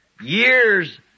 years